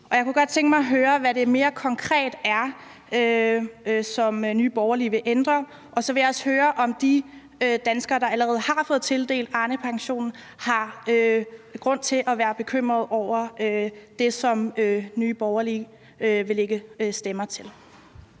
jeg kunne godt tænke mig at høre, hvad det mere konkret er, som Nye Borgerlige vil ændre. Og så vil jeg også høre, om de danskere, der allerede har fået tildelt Arnepension, har grund til at være bekymrede over det, som Nye Borgerlige vil lægge stemmer til.